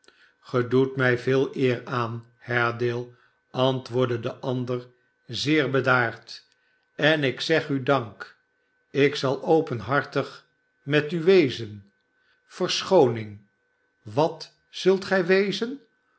sgij doet mij veel eer aan haredale antwoordde de ander zeer bedaard sen ik zeg u dank ik zal openhartig met u wezen verschooning wat zult gij wezen